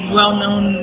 well-known